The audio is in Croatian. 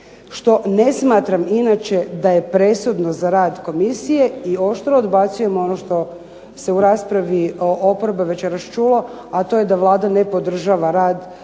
Što ne smatram inače da je presudno za rad komisije i oštro odbacujem ono što se u raspravi oporbe večeras čulo, a to je da Vlada ne podržava rad Državne